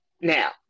Now